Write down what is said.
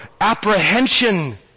apprehension